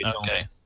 okay